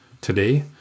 today